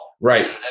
Right